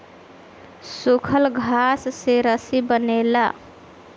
सूखल घास से रस्सी बनेला